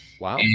Wow